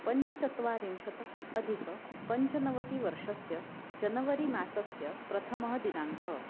पञ्चचत्वारिंशतधिक पञ्चनवतिवर्षस्य जनवरी मासस्य प्रथमः दिनाङ्कः